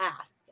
ask